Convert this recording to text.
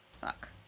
Fuck